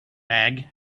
bag